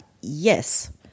Yes